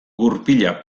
gurpila